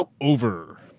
over